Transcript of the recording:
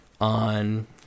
on